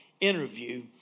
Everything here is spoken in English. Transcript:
interview